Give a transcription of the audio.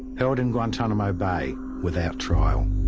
held in guantanamo bay without trial.